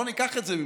לא ניקח את זה ממך,